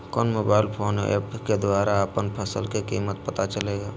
कौन mobile phone app के द्वारा अपन फसल के कीमत पता चलेगा?